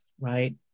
right